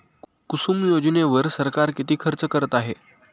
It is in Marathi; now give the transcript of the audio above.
कुसुम योजनेवर सरकार किती खर्च करत आहे?